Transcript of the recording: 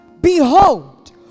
behold